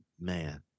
man